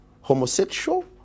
homosexual